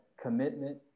commitment